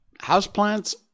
houseplants